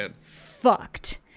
fucked